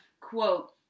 quote